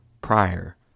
prior